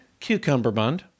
cucumberbund